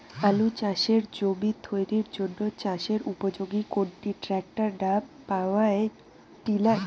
আলু চাষের জমি তৈরির জন্য চাষের উপযোগী কোনটি ট্রাক্টর না পাওয়ার টিলার?